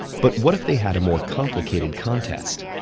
but what if they had a more complicated contest?